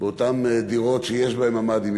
באותן דירות שיש בהן ממ"דים,